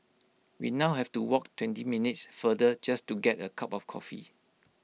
we now have to walk twenty minutes further just to get A cup of coffee